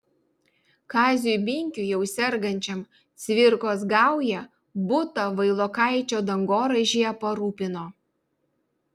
kaziui binkiui jau sergančiam cvirkos gauja butą vailokaičio dangoraižyje parūpino